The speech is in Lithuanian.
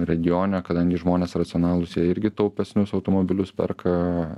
regione kadangi žmonės racionalūs jie irgi taupesnius automobilius perka